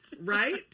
right